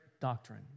doctrine